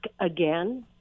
again